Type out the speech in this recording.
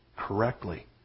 correctly